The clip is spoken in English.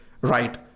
right